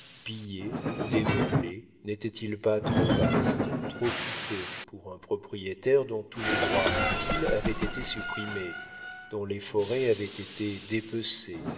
pillé démeublé n'était-il pas trop vaste trop coûteux pour un propriétaire dont tous les droits utiles avaient été supprimés dont les forêts avaient été dépecées